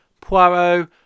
Poirot